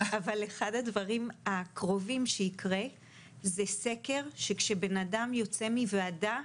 אבל אחד הדברים הקרובים שיקרה זה סקר שכשבן אדם יוצא מוועדה,